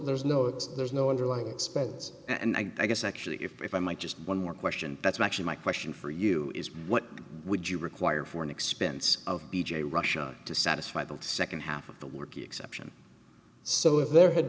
there's no it's there's no underlying expense and i guess actually if i might just one more question that's actually my question for you is what would you require for an expense of b j russia to satisfy the nd half of the work exception so if there had